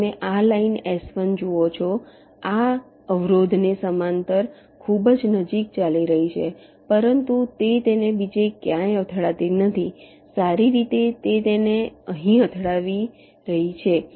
તમે આ line S1 જુઓ છો આ અવરોધને સમાંતર ખૂબ જ નજીક ચાલી રહી છે પરંતુ તે તેને બીજે ક્યાંય અથડાતી નથી સારી રીતે તે તેને અહીં અથડાવી રહી છે